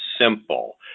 simple